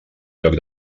lloc